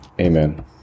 Amen